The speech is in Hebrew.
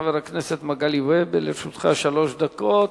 חבר הכנסת והבה, לרשותך שלוש דקות.